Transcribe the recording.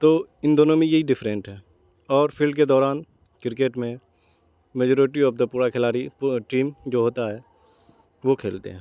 تو ان دونوں میں یہی ڈفرینٹ ہے اور فیلڈ کے دوران کرکٹ میں میجورٹی آف دا پورا کھلاڑی ٹیم جو ہوتا ہے وہ کھیلتے ہیں